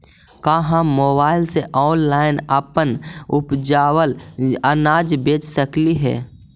का हम मोबाईल से ऑनलाइन अपन उपजावल अनाज बेच सकली हे?